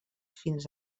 fins